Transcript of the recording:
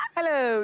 Hello